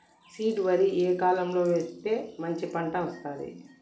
Seed వరి ఏ కాలం లో వేస్తే మంచి పంట వస్తది?